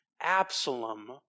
Absalom